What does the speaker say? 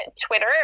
twitter